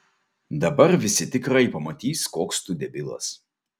dabar visi tikrai pamatys koks tu debilas